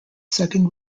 second